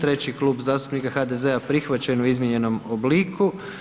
Treći Klub zastupnika HDZ-a prihvaćen u izmijenjenom obliku.